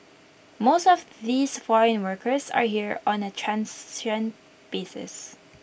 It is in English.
most of these foreign workers are here on A transient basis